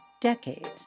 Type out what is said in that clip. decades